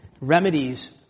remedies